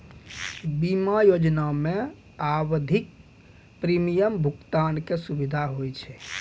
बीमा योजना मे आवधिक प्रीमियम भुगतान के सुविधा होय छै